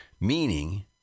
meaning